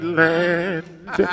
land